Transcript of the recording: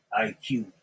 IQ